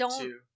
two